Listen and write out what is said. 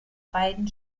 beiden